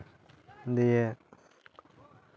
ᱫᱤᱭᱮ